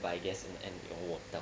but I guess in the end it all worked out